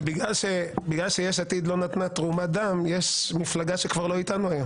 כשראש הממשלה קורא למרד, למה אתה מצפה?